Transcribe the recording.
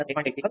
2V 8